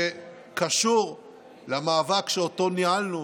שקשור למאבק שאותו ניהלנו